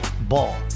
Ball